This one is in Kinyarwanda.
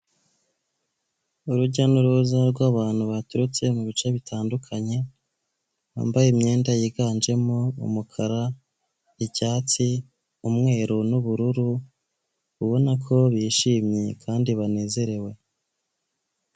Urujya n'uruza rw'abantu baturutse mubice bitandukanye, bambaye imyenda yiganjemo umukara icyatsi umweru n'ubururu ubona ko bishimye kandi banezerewe.